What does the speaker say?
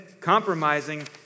compromising